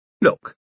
Look